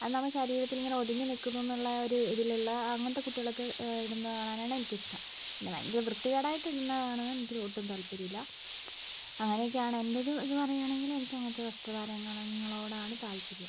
അത് നമ്മുടെ ശരീരത്തിലിങ്ങനെ ഒതുങ്ങി നിൽക്കുന്നൂ എന്നുള്ള ഒരു ഇതിലുള്ള അങ്ങനത്തെ കുട്ടികളൊക്കെ ഇടുന്നത് കാണാൻ ആണ് എനിക്കിഷ്ടം പിന്നെ ഭയങ്കര വൃത്തികേടായിട്ട് ഇടുന്നത് കാണാൻ എനിക്കൊട്ടും താല്പര്യമില്ല അങ്ങനെയൊക്കെയാണ് എൻ്റെയൊരു ഇതെന്ന് പറയുവാണെങ്കിൽ എനിക്കങ്ങനത്തെ വസ്ത്രധാരണങ്ങളോടാണ് താല്പര്യം